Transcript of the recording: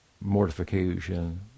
mortification